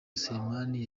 selemani